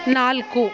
ನಾಲ್ಕು